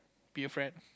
be a friend